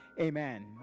Amen